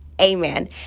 amen